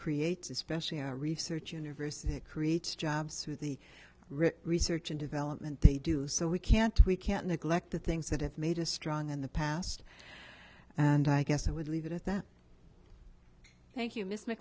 creates especially our research universities it creates jobs through the research and development they do so we can't we can't neglect the things that have made a strong in the past and i guess i would leave it at that thank you miss